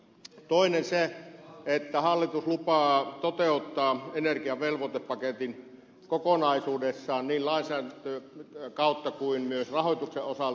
toinen on se että hallitus lupaa toteuttaa energiavelvoitepaketin kokonaisuudessaan niin lainsäädännön kautta kuin myös rahoituksen osalta